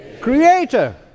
Creator